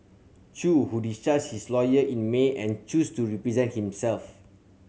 Chew who discharged his lawyer in May and chose to represent himself